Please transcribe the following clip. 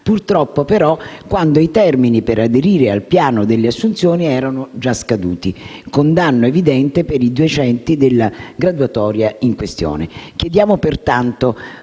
purtroppo però quando i termini per aderire al piano delle assunzioni erano già scaduti, con danno evidente per i docenti della graduatoria in questione.